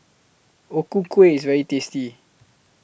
O Ku Kueh IS very tasty